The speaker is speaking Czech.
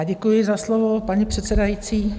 Děkuji za slovo, paní předsedající.